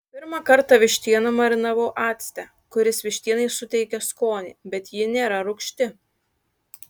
pirmą kartą vištieną marinavau acte kuris vištienai suteikia skonį bet ji nėra rūgšti